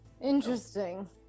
Interesting